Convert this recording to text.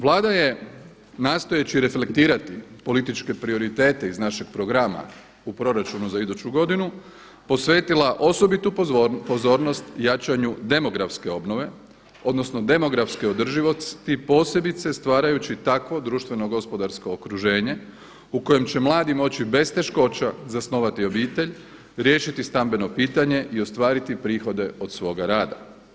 Vlada je nastojeći reflektirati političke prioritete iz našeg programa u proračunu za iduću godinu posvetila osobitu pozornost jačanju demografske obnove, odnosno demografske održivosti posebice stvarajući takvo društveno gospodarsko okruženje u kojem će mladi moći bez teškoća zasnovati obitelj, riješiti stambeno pitanje i ostvariti prihode od svoga rada.